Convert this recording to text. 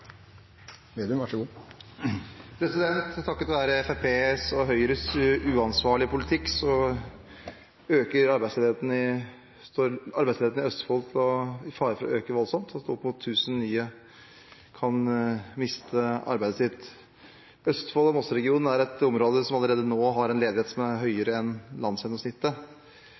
Takket være Fremskrittspartiets og Høyres uansvarlige politikk står arbeidsledigheten i Østfold i fare for å øke voldsomt, opp mot 1 000 nye kan miste arbeidet sitt. Østfold og Mosseregionen er et område som allerede har en ledighet som er høyere enn landsgjennomsnittet,